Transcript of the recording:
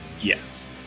Yes